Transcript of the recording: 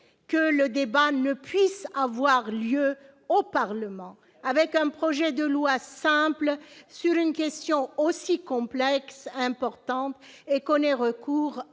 que le débat ne puisse avoir lieu au Parlement, par l'examen d'un projet de loi simple sur une question aussi complexe et importante, et qu'on ait plutôt recours à